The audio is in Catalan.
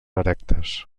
erectes